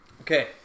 Okay